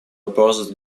opposed